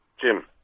Jim